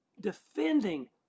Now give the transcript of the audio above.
defending